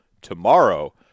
tomorrow